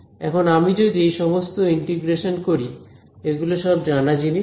এখন আমি যদি এই সমস্ত ইন্টিগ্রেশন করি এগুলো সব জানা জিনিস